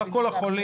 מסך כל המאומתים.